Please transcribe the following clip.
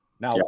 Now